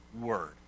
Word